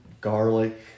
garlic